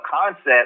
concept